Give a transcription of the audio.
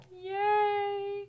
Yay